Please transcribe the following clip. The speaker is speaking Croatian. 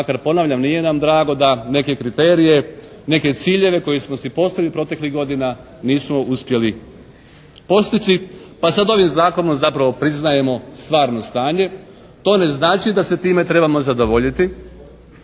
makar ponavljam nije nam drago da neke kriterije, neke ciljeve koje smo si postavili u proteklih godina, nismo uspjeli postići pa sada ovim zakonom zapravo priznajemo stvarno stanje. To ne znači da se time trebamo zadovoljiti